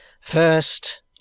first